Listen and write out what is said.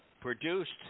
produced